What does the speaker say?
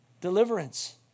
deliverance